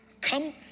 Come